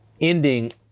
ending